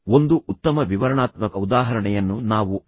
ಒಂದು ಉತ್ತಮ ವಿವರಣಾತ್ಮಕ ಉದಾಹರಣೆಯನ್ನು ನಾವು ಆರ್